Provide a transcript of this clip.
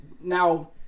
now